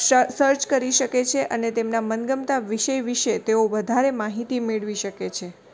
શ સર્ચ કરી શકે છે અને તેમના મન ગમતા વિષય વિશે તેઓ વધારે માહિતી મેળવી શકે છે